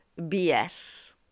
BS